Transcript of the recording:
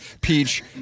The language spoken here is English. peach